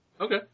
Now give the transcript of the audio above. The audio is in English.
Okay